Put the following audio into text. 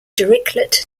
dirichlet